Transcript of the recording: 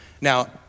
Now